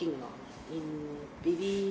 a not mm maybe